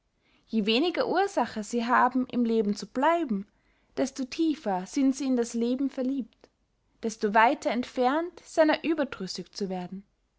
je weniger ursache sie haben im leben zu bleiben desto tiefer sind sie in das leben verliebt desto weiter entfernt seiner überdrüssig zu werden